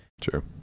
True